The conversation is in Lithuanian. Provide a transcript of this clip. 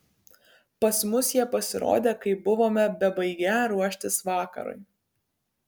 pas mus jie pasirodė kai buvome bebaigią ruoštis vakarui